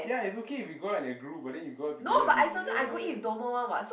ya it's okay if we go out in a group but then you go out together a bit weird